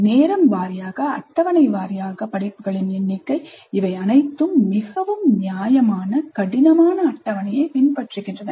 நேரம் வாரியாக அட்டவணை வாரியாக படிப்புகளின் எண்ணிக்கை இவை அனைத்தும் மிகவும் நியாயமான கடினமான அட்டவணையைப் பின்பற்றுகின்றன